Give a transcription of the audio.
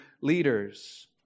leaders